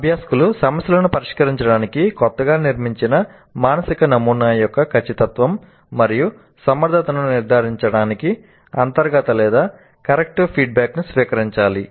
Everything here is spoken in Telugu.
అభ్యాసకులు సమస్యలను పరిష్కరించడానికి కొత్తగా నిర్మించిన మానసిక నమూనా యొక్క ఖచ్చితత్వం మరియు సమర్ధతను నిర్ధారించడానికి అంతర్గత లేదా కర్రెక్టీవ్ ఫీడ్బ్యాక్ ని స్వీకరించాలి